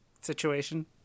situation